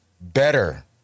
better